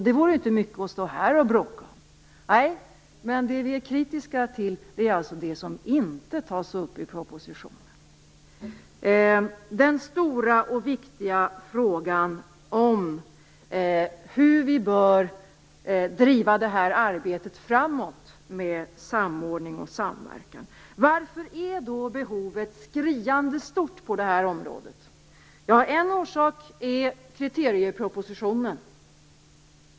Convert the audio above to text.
Det vore inte mycket att stå här och bråka om. Nej! Men det vi är kritiska till är det som inte tas upp i propositionen. Den stora och viktiga frågan är hur vi bör driva arbetet framåt med samordning och samverkan. Varför är då behovet skriande stort på området? En orsak är kriteriepropositionen.